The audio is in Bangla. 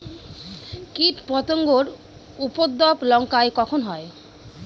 কীটপতেঙ্গর উপদ্রব লঙ্কায় কখন হয়?